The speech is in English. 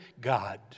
God